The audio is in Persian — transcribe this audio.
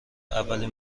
اولین